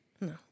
No